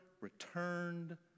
returned